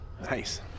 Nice